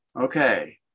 okay